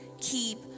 keep